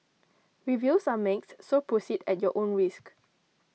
reviews are mixed so proceed at your own risk